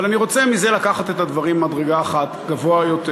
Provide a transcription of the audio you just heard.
אבל אני רוצה מזה לקחת את הדברים מדרגה אחת גבוה יותר